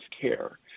care